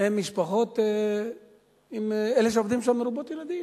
של אלה שעובדים שם הן משפחות מרובות ילדים,